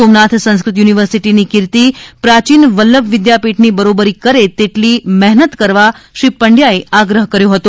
સોમનાથ સંસ્કૃત યુનિવર્સીટીની કિર્તી પ્રાચીન વલ્લભ વિધાપીઠની બરોબરી કરે તાલી મહેનત કરવા શ્રી પંડયાએ આગ્રહ કર્યો હતો